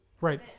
Right